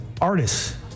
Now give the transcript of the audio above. artists